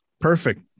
Perfect